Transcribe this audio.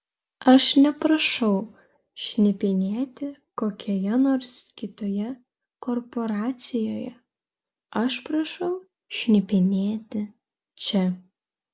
aš neprašau šnipinėti kokioje nors kitoje korporacijoje aš prašau šnipinėti čia